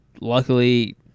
luckily